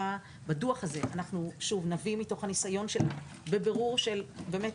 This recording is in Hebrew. בדוח הזה אנחנו נביא מתוך הניסיון שלנו בבירור של באמת